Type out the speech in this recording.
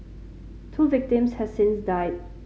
two victims has since died